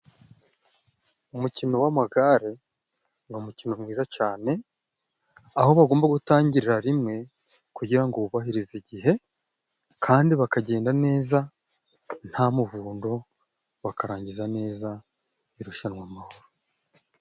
Umukino w'amagare ni umukino mwiza cane aho bagomba gutangirira rimwe kugirango bubahirize igihe kandi bakagenda neza nta muvundo bakarangiza neza irushanwa amahoro.